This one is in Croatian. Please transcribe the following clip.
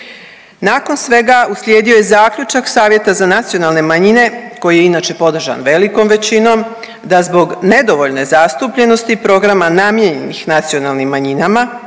Nakon svega uslijedio je zaključak Savjeta za nacionalne manjine koji je inače podržan velikom većinom da zbog nedovoljne zastupljenosti programa namijenjenih nacionalnim manjinama